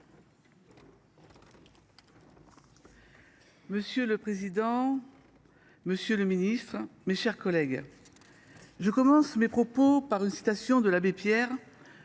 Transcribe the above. Monsieur le président, monsieur le ministre, mes chers collègues, j’ouvrirai mon propos par une citation de l’abbé Pierre